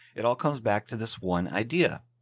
it all comes back to this one idea.